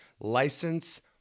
License